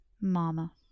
mama